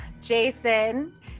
Jason